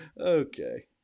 Okay